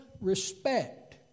respect